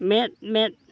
ᱢᱮᱫᱼᱢᱮᱫ